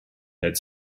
that